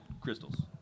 crystals